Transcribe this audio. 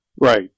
Right